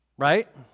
Right